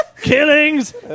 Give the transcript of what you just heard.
Killings